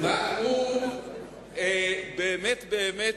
והוא באמת-באמת,